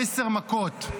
עשר מכות,